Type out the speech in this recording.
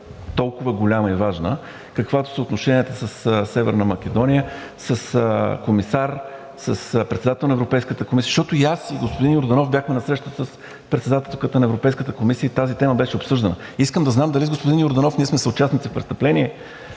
толкова голяма и важна, каквато са отношенията със Северна Македония, с комисар, с председател на Европейската комисия? Защото и аз, и господин Йорданов бяхме на среща с председателя на Европейската комисия и тази тема беше обсъждана. Искам да знам дали с господин Йорданов сме съучастници в престъпление,